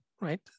right